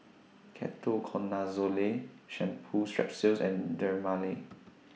Ketoconazole Shampoo Strepsils and Dermale